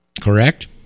correct